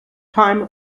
time